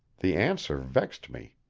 the answer vexed me.